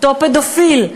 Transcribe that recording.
אותו פדופיל,